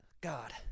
god